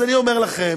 אז אני אומר לכם